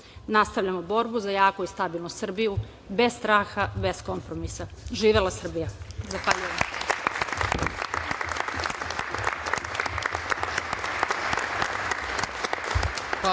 Nastavljamo borbu za jaku i stabilnu Srbiju bez straha, bez kompromisa. Živela Srbija.